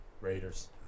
Raiders